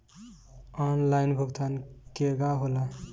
Online भुगतान केगा होला?